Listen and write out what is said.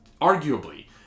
arguably